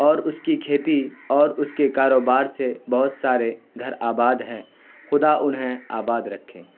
اور اس کی کھیتی اور اس کے کاروبار سے بہت سارے گھر آباد ہیں خدا انہیں آباد رکھے